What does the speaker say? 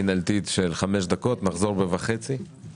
טרום תקופת הלחימה.